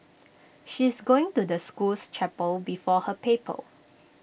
she's going to the school's chapel before her paper